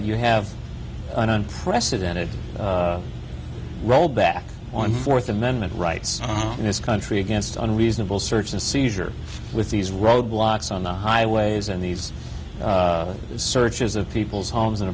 you have an unprecedented rollback on fourth amendment rights in this country against unreasonable search and seizure with these roadblocks on the highways and these searches of people's homes and